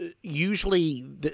usually